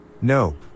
Nope